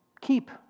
Keep